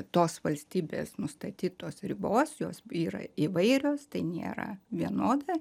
tos valstybės nustatytos ribos jos yra įvairios tai nėra vienoda